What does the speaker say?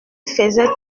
faisait